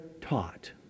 taught